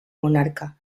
monarca